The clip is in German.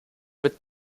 mit